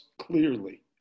clearly